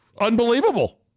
Unbelievable